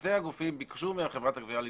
שני הגופים ביקשו מחברת הגבייה לגבות,